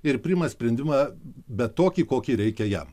ir priima sprendimą bet tokį kokį reikia jam